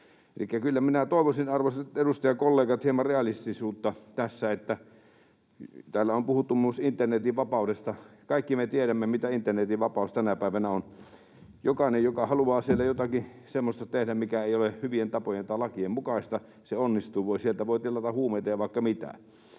minä toivoisin, arvoisat edustajakollegat, hieman realistisuutta tässä. Täällä on puhuttu myös internetin vapaudesta. Kaikki me tiedämme, mitä internetin vapaus tänä päivänä on: jokainen, joka haluaa siellä jotakin semmoista tehdä, mikä ei ole hyvien tapojen tai lakien mukaista — se onnistuu. Sieltä voi tilata huumeita ja vaikka mitä,